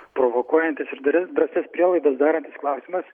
provokuojantis ir dri drąsias prielaidas darantis klausimas